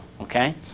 Okay